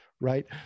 right